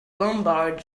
lombard